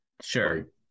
sure